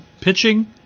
pitching